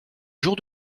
jour